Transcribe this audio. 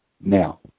Now